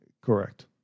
Correct